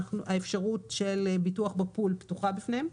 האפשרות של ביטוח בפול פתוחה בפניהם,